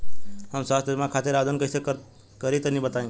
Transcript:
हम स्वास्थ्य बीमा खातिर आवेदन कइसे करि तनि बताई?